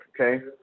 Okay